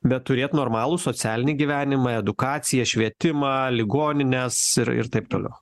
bet turėt normalų socialinį gyvenimą edukaciją švietimą ligonines ir ir taip toliau